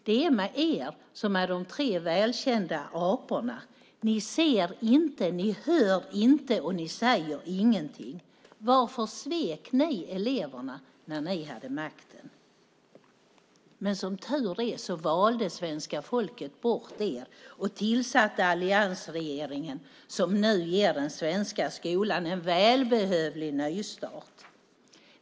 Det är med er som med de tre välkända aporna: Ni ser inte, ni hör inte och ni säger ingenting. Varför svek ni eleverna när ni hade makten? Men som tur är valde svenska folket bort er och tillsatte alliansregeringen, som nu ger den svenska skolan en välbehövlig nystart.